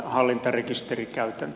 hallintarekisterikäytäntö